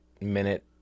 minute